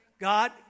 God